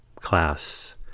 class